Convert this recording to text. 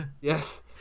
Yes